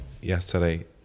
yesterday